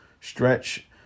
stretch